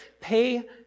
pay